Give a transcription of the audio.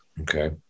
Okay